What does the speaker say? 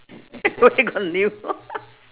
where got new